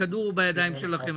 הכדור הוא בידיים שלכם.